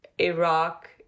Iraq